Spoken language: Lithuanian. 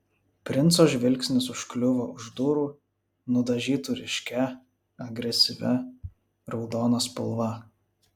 princo žvilgsnis užkliuvo už durų nudažytų ryškia agresyvia raudona spalva